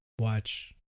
watch